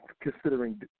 considering